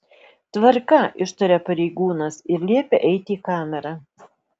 tvarka ištaria pareigūnas ir liepia eiti į kamerą